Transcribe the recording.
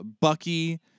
Bucky